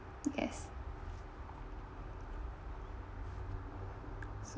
yes